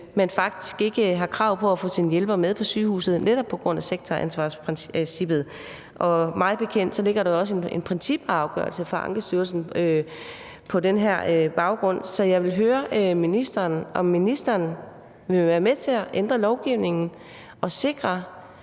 man faktisk ikke har krav på at få sin hjælper med på sygehuset netop på grund af sektoransvarsprincippet. Mig bekendt ligger der også en principafgørelse fra Ankestyrelsen på baggrund af det her. Så jeg vil høre ministeren, om ministeren vil være med til at ændre lovgivningen og sikre,